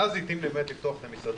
ואז זה התאים באמת לפתוח את המסעדות.